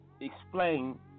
explain